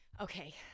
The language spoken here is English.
Okay